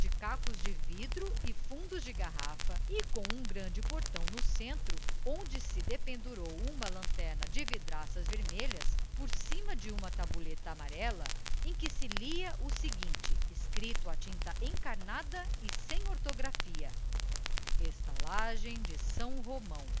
cacos de vidro e fundos de garrafa e com um grande portão no centro onde se dependurou uma lanterna de vidraças vermelhas por cima de uma tabuleta amarela em que se lia o seguinte escrito a tinta encarnada e sem ortografia estalagem de são romão